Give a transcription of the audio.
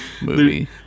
movie